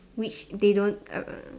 which they don't um